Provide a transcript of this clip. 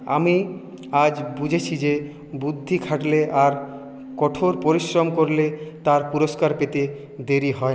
আমি আজ বুঝেছি যে বুদ্ধি থাকলে আর কঠোর পরিশ্রম করলে তার পুরস্কার পেতে দেরি হয় না